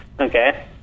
Okay